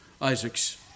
Isaac's